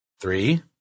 Three